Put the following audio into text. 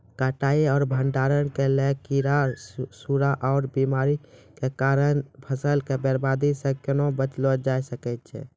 कटाई आर भंडारण के लेल कीड़ा, सूड़ा आर बीमारियों के कारण फसलक बर्बादी सॅ कूना बचेल जाय सकै ये?